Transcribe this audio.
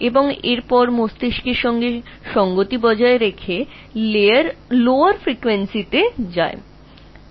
এবং তারপরে মস্তিষ্ক কম ফ্রিকোয়েন্সিতে সমাপতিত হয়